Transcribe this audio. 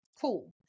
Cool